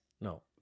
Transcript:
no